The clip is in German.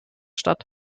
statt